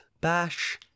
Bash